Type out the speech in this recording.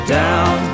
down